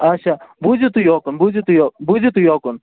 آچھا بوٗزِو تُہۍ یوکُن بوٗزِو تُہۍ یو بوٗزِو تُہۍ یوکُن